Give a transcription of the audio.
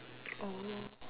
oh